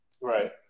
Right